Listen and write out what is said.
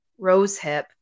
rosehip